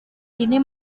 ini